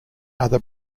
other